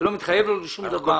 אתה לא מתחייב לו לשום דבר.